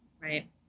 right